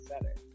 better